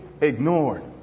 ignored